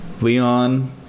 Leon